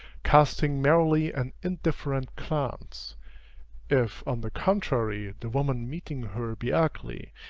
casting merely an indifferent glance if, on the contrary, the woman meeting her be ugly,